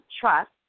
trust